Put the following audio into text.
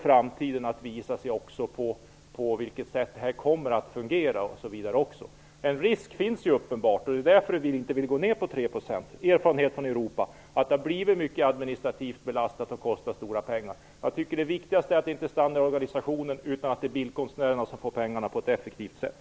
Framtiden får sedan utvisa hur detta kommer att fungera. Det finns en uppenbar risk, och det är därför som vi inte vill gå ner till 3 %. Enligt erfarenheterna från det övriga Europa har det blivit stora administrativa belastningar och kostat mycket pengar. Det viktigaste är att pengarna inte stannar i organisationen utan pengarna skall komma bildkonstnärerna till godo på ett effektivt sätt.